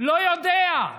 לא יודע.